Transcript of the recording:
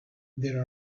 there